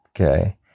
okay